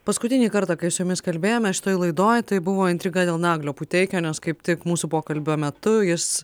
paskutinį kartą kai su jumis kalbėjome šitoj laidoj tai buvo intriga dėl naglio puteikio nes kaip tik mūsų pokalbio metu jis